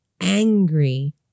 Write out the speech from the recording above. angry